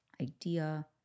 idea